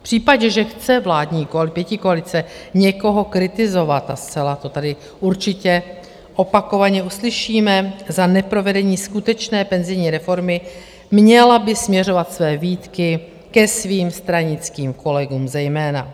V případě, že chce vládní pětikoalice někoho kritizovat, a to tady zcela určitě opakovaně uslyšíme, za neprovedení skutečné penzijní reformy, měla by směřovat své výtky ke svým stranickým kolegům zejména.